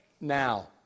now